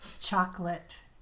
Chocolate